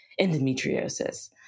endometriosis